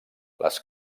les